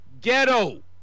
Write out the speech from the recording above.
ghetto